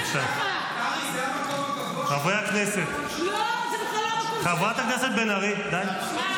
חברת הכנסת בן ארי, די.